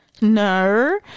No